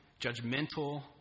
judgmental